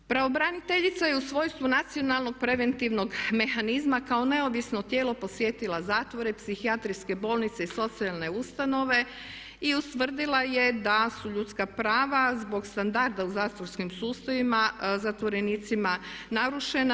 Pravobraniteljica je u svojstvu nacionalnog preventivnog mehanizma kao neovisno tijelo posjetila zatvore, psihijatrijske bolnice i socijalne ustanove i ustvrdila je da su ljudska prava zbog standarda u zatvorskim sustavima zatvorenicima narušena.